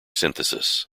synthesis